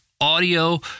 audio